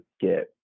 get